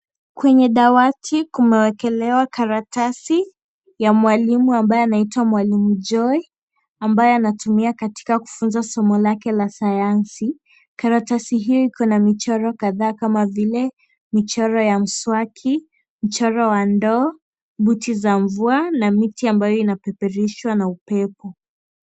Kwenye dawati kumewekelewa karatasi ya mwalimu anayeitwa mwalimu Joy ambaye anatumia katika kufunza somo lake la sayansi. Karatasi hii ikona michoro kadhaa kama vile michoro ya mswaki , mchoro wa ndoo, buti za mvua na miti ambaye inapeperushwa na upepo.